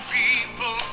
people